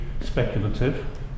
speculative